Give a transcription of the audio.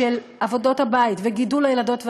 של עבודת הבית וגידול הילדות והילדים,